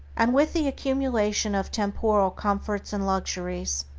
and with the accumulation of temporal comforts and luxuries,